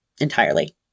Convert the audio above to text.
entirely